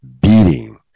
beating